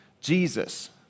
Jesus